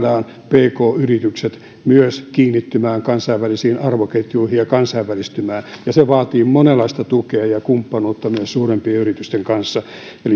pk yritykset myös kiinnittymään kansainvälisiin arvoketjuihin ja kansainvälistymään se vaatii monenlaista tukea ja kumppanuutta myös suurempien yritysten kanssa